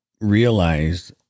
realized